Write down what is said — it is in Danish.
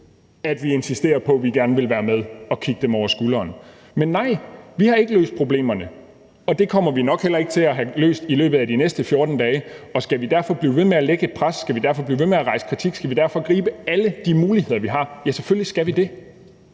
at vi insisterer på, at vi gerne vil være med og kigge dem over skulderen. Men nej, vi har ikke løst problemerne, og det kommer vi nok heller ikke til at have gjort i løbet af de næste 14 dage. Skal vi derfor blive ved med at lægge et pres, skal vi derfor blive ved at rejse kritik, skal vi derfor gribe alle de muligheder, vi har? Ja, selvfølgelig skal vi det,